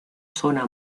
zona